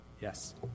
Yes